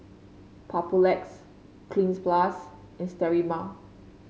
Papulex Cleanz Plus and Sterimar